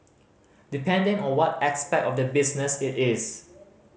depending on what aspect of the business it is